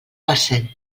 parcent